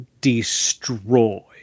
destroy